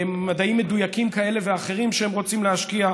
מדעים מדויקים כאלה ואחרים שבהם הן רוצות להשקיע.